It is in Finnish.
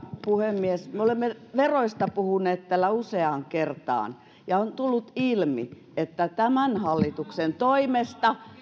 puhemies me olemme veroista puhuneet täällä useaan kertaan ja on tullut ilmi että tämän hallituksen toimesta